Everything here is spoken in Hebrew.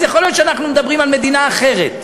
אז יכול להיות שאנחנו מדברים על מדינה אחרת.